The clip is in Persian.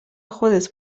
خود